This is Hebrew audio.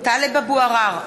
טלב אבו עראר,